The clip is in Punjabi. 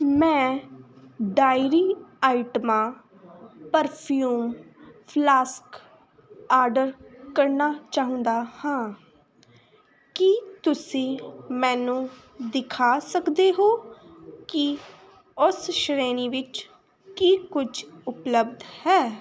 ਮੈਂ ਡਾਇਰੀ ਆਈਟਮਾਂ ਪਰਫਿਊਮ ਫਲਾਸਕ ਆਰਡਰ ਕਰਨਾ ਚਾਹੁੰਦਾ ਹਾਂ ਕੀ ਤੁਸੀਂ ਮੈਨੂੰ ਦਿਖਾ ਸਕਦੇ ਹੋ ਕਿ ਉਸ ਸ਼੍ਰੇਣੀ ਵਿੱਚ ਕੀ ਕੁਛ ਉਪਲੱਬਧ ਹੈ